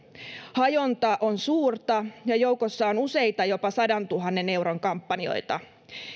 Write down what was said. hajonta on suurta ja joukossa on useita jopa sadantuhannen euron kampanjoita